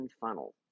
funnel